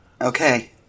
Okay